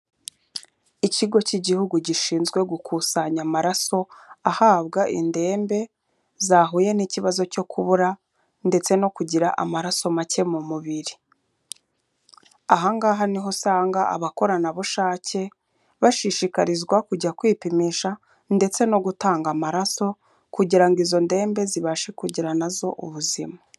Ikigo k'igihugu gishinzwe gukusanya amaraso ahabwa indembe, zahuye n'ikibazo cyo kubura ndetse no kugira amaraso make mu mubiri, aha ngaha niho usanga abakoreranabushake bashishikarizwa kujya kwipimisha ndetse no gutanga amaraso kugira izo ndembe zibashe kugira nazo ubuzima.